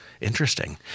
interesting